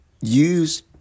use